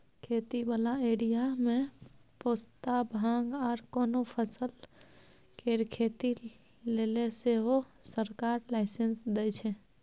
खेती बला एरिया मे पोस्ता, भांग आर कोनो फसल केर खेती लेले सेहो सरकार लाइसेंस दइ छै